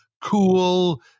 cool